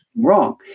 wrong